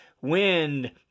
wind